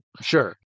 Sure